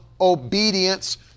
obedience